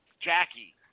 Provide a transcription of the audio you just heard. Jackie